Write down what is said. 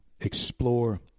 explore